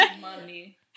Money